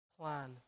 plan